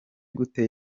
gute